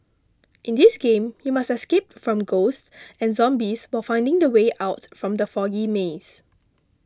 in this game you must escape from ghosts and zombies while finding the way out from the foggy maze